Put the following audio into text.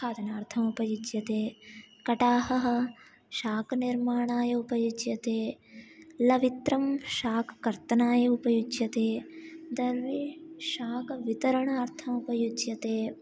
खादनार्थमुपयुज्यते कटाहः शाकनिर्माणाय उपयुज्यते लवित्रं शाककर्तनाय उपयुज्यते दर्वि शाकवितरणार्थमुपयुज्यते